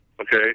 okay